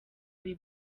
ibi